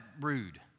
rude